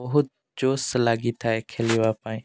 ବହୁତ ଜୋଶ ଲାଗିଥାଏ ଖେଲିବା ପାଇଁ